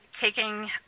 taking